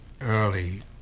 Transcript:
Early